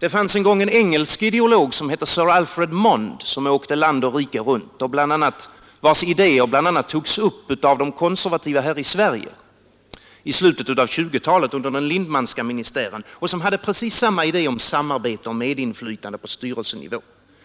Det fanns en gång en engelsk —— ideolog som hette Sir Alfred Mond som åkte land och rike runt, vars Styrelserepresentaidéer bl.a. togs upp av de konservativa här i Sverige i slutet av 1920-talet = för de anunder den Lindmanska ministären och som hade precis samma idé om ställda i samarbete och medinflytande på styrelsenivå.